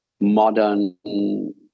modern